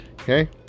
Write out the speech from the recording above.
Okay